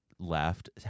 left